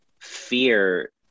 fear